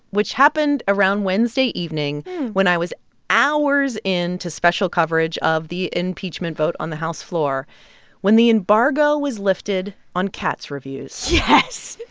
which happened around wednesday evening when i was hours into special coverage of the impeachment vote on the house floor when the embargo was lifted on cats reviews yes.